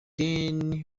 then